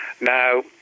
Now